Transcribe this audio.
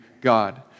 God